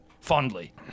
fondly